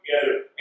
together